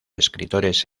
escritores